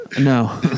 No